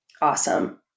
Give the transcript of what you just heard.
Awesome